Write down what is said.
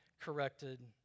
corrected